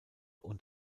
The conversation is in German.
und